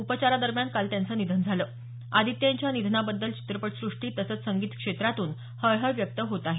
उपचारादरम्यान काल त्यांचं निधन झालं आदित्य यांच्या निधनाबद्दल चित्रपटसृष्टी तसंच संगीत क्षेत्रातून हळहळ व्यक्त होत आहे